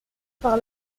par